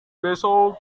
besok